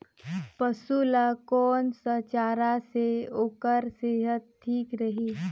पशु ला कोन स चारा से ओकर सेहत ठीक रही?